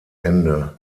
ende